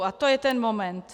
A to je ten moment.